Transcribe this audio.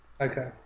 Okay